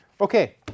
Okay